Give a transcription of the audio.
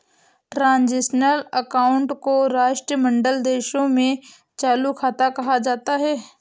transitional account को राष्ट्रमंडल देशों में चालू खाता कहा जाता है